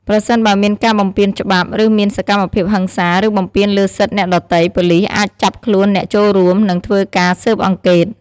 ប្រសិនបើមានការបំពានច្បាប់ ឬមានសកម្មភាពហិង្សា ឬបំពានលើសិទ្ធិអ្នកដទៃ ប៉ូលីសអាចចាប់ខ្លួនអ្នកចូលរួម និងធ្វើការស៊ើបអង្កេត។